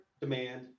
demand